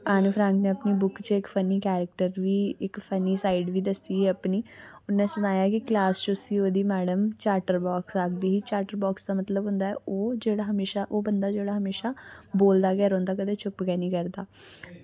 any Frank नै अपनी book च इक फनी करैक्टर दी इक फनी साईड बी दस्सी दी अपनी ते उन्ने सनाया की क्लॉस च उस्सी ओह्दी मैडम चैटर बॉक्स आक्खदी ही चैटर बॉक्स दा मतलब होंदा ऐ ओह् जेह्ड़ा ओह् बंदा जेह्ड़ा हमेशा बोलदा गै रौहंदा कदें चुप्प गै नेईं रौहंदा